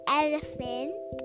elephant